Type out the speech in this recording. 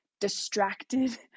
distracted